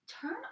Turn